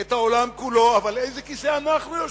את העולם כולו, אבל על איזה כיסא אנחנו יושבים?